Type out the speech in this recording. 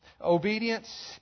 Obedience